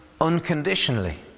unconditionally